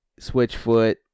Switchfoot